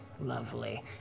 Lovely